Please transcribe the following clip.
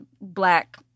black